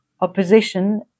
opposition